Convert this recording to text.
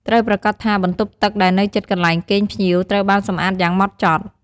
ត្រូវប្រាកដថាបន្ទប់ទឹកដែលនៅជិតកន្លែងគេងភ្ញៀវ ត្រូវបានសម្អាតយ៉ាងហ្មត់ចត់។